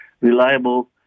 reliable